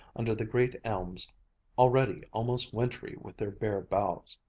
under the great elms already almost wintry with their bare boughs.